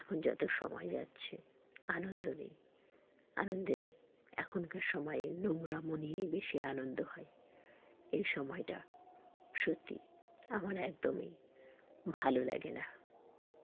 এখন যত সময় যাচ্ছে আনন্দ নেই আনন্দের এখনকার সময়ে নোংরা মনেই বেশি আনন্দ হয় এই সময়টা সত্যি আমার একদমই ভালো লাগে না